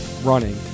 running